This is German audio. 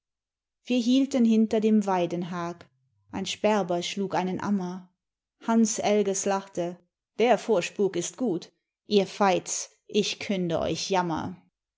wir hielten hinter dem weidenhag ein sperber schlug einen ammer hans elges lachte der vorspuk ist gut ihr veits ich künde euch jammer